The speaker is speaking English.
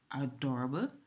adorable